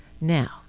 Now